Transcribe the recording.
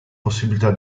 possibilità